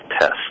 test